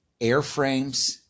airframes